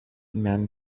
man